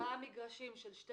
ארבעה מגרשים של שתי